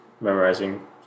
memorizing